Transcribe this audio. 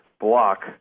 block